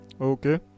Okay